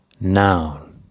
noun